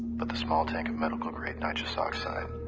but the small tank of medical grade nitrous oxide.